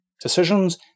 decisions